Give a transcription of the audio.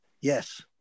Yes